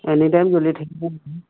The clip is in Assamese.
এনিটাইম জলি থাকিব